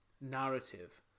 narrative